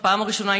בפעם הראשונה,